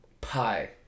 Pie